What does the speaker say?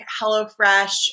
HelloFresh